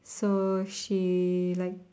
so she like